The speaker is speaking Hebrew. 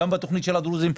גם בתוכנית של הדרוזים,